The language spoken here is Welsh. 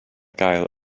gael